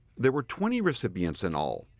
there were twenty recipients in all,